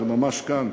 זה ממש כאן,